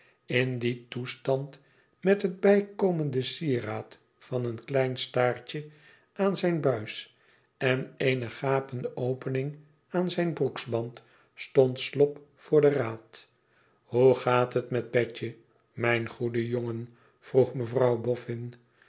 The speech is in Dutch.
in dien toestand met het bijkomende sieraad van een klein staartje aan zijn buis en eene gapende opening aan zijn broeksband stond slop voor den raad ihoe gaat het met betje mijn goede jongen vroeg mevrouw boffin